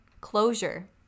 Closure